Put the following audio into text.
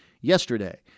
yesterday